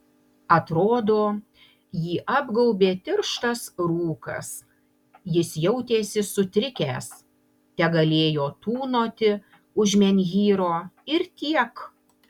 atrodo jį apgaubė tirštas rūkas jis jautėsi sutrikęs tegalėjo tūnoti už menhyro ir tiek